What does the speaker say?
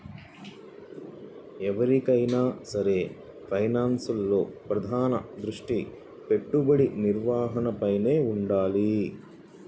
ఎవరికైనా సరే ఫైనాన్స్లో ప్రధాన దృష్టి పెట్టుబడి నిర్వహణపైనే వుండాలి